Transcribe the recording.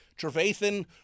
Trevathan